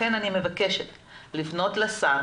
לכן אני מבקשת לפנות לשר